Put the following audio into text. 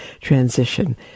Transition